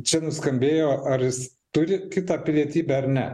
čia nuskambėjo ar jis turi kitą pilietybę ar ne